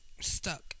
stuck